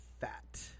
fat